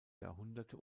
jahrhunderte